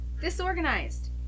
Disorganized